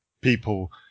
people